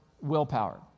willpower